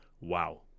wow